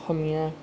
অসমীয়া